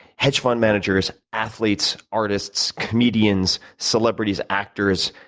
hedge fund managers, athletes, artists, comedians, celebrities, actors,